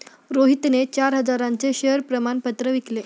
रोहितने चार हजारांचे शेअर प्रमाण पत्र विकले